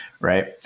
right